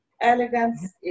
Elegance